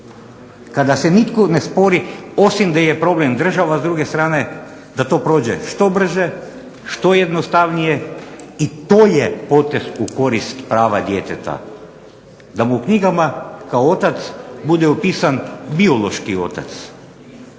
kada se nitko ne spori osim gdje je problem država s druge strane, da to prođe što brže, što jednostavnije i to je potez u korist prava djeteta. Da mu u knjigama kao otac bude upisan biološki otac,